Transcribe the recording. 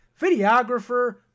videographer